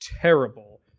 terrible